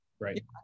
Right